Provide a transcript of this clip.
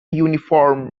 uniform